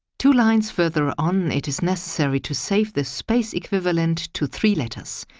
two lines further on it is necessary to save the space equivalent to three letters.